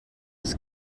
els